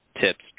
tips